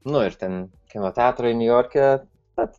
nu ir ten kino teatrai niujorke tad